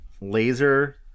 laser